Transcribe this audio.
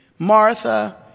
Martha